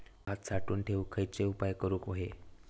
भात साठवून ठेवूक खयचे उपाय करूक व्हये?